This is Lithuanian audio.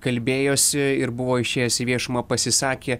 kalbėjosi ir buvo išėjęs į viešumą pasisakė